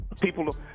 people